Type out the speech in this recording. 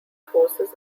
forces